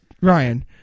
Ryan